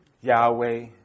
Yahweh